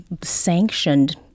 sanctioned